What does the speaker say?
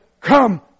come